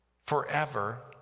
forever